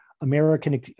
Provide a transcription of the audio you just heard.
American